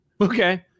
okay